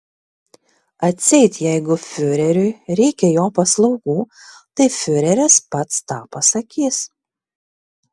atseit jeigu fiureriui reikia jo paslaugų tai fiureris pats tą pasakys